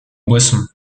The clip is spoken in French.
boisson